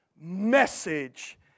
message